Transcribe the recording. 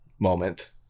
moment